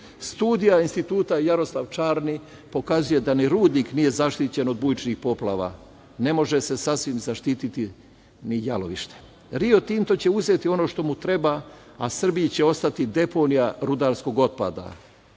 Krupnju. Studija Instituta „Jaroslav Čarni“ pokazuje da ni rudnik nije zaštićen od bujičnih poplava. Ne može se sasvim zaštiti ni jalovište. Rio Tinto će uzeti ono što mu treba, a Srbiji će ostati deponija rudarskog otpada.